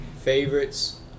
favorites